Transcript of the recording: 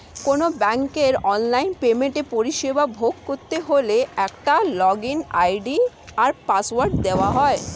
কোনো ব্যাংকের অনলাইন পেমেন্টের পরিষেবা ভোগ করতে হলে একটা লগইন আই.ডি আর পাসওয়ার্ড দেওয়া হয়